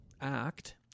act